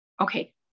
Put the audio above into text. Okay